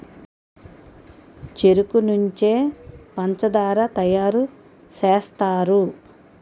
చెరుకు నుంచే పంచదార తయారు సేస్తారు